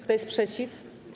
Kto jest przeciw?